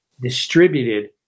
distributed